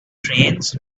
trains